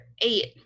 eight